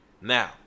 Now